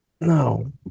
No